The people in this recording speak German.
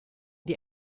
die